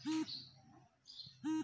কিভাবে আমি শেয়ারবাজারে বিনিয়োগ করবে?